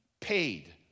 paid